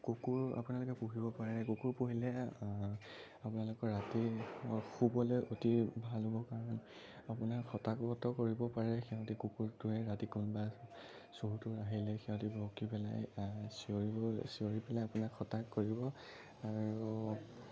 কুকুৰ আপোনালোকে পুহিব পাৰে কুকুৰ পুহিলে আপোনালোকৰ ৰাতি শুবলে অতি ভাল হ'ব কাৰণ আপোনাক হতাহত কৰিব পাৰে সিহঁতি কুকুৰটোৱে ৰাতি কোনোবা চোৰ তোৰ আহিলে সিহঁতি ভুকি পেলাই চিঞৰিও চিঞৰি পেলাই আপোনাক সজাগ কৰিব আৰু